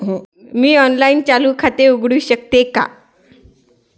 मी online चालू खाते उघडू शकते का?